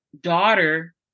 daughter